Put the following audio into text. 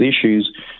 issues